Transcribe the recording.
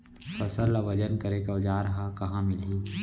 फसल ला वजन करे के औज़ार हा कहाँ मिलही?